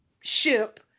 ship